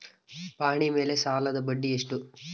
ಪಹಣಿ ಮೇಲೆ ಸಾಲದ ಬಡ್ಡಿ ಎಷ್ಟು?